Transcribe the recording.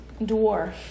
dwarf